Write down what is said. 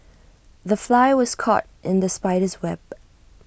the fly was caught in the spider's web